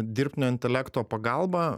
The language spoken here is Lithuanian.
dirbtinio intelekto pagalba